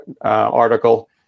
article